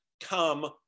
come